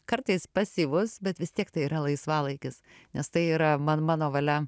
kartais pasyvus bet vis tiek tai yra laisvalaikis nes tai yra man mano valia